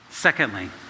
Secondly